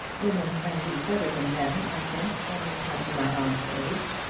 women can do better than men, i think, when they come to my aunt's age.